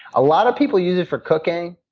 a lot of people use it for cooking,